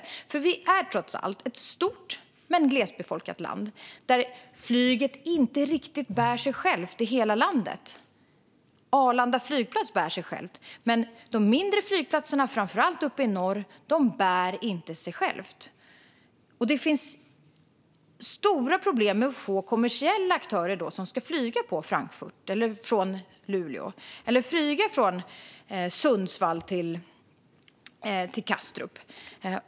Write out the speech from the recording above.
Sverige är trots allt ett stort men glesbefolkat land där flyget inte riktigt bär sig självt i hela landet. Arlanda flygplats bär sig själv. Men de mindre flygplatserna, framför allt uppe i norr, bär inte sig själva. Då finns det stora problem när det gäller att få kommersiella aktörer att flyga till Frankfurt från Luleå eller från Sundsvall till Kastrup.